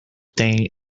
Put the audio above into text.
thing